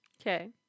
okay